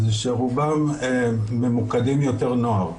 זה שרובם ממוקדים יותר נוער,